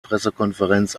pressekonferenz